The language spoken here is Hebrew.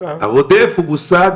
הרודף הוא מושג